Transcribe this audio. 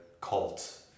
cult